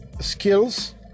skills